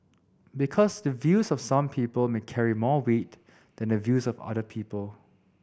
because the views of some people may carry more weight than the views of other people